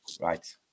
right